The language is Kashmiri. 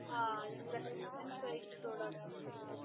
آ یِم گژھن آسٕنۍ سٲری پرٛوڈَکٹہٕ حظ